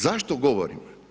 Zašto govorim?